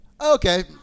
Okay